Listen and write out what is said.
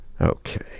Okay